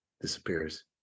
disappears